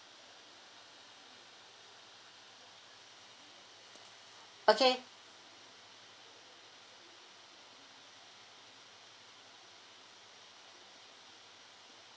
okay